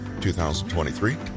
2023